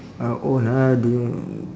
uh own ah do you